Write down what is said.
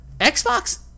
Xbox